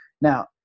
Now